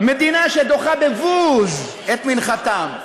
מדינה שדוחה בבוז את מנחתם,